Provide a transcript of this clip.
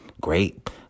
Great